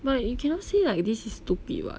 but you cannot say like this is stupid [what]